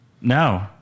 No